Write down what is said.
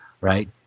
right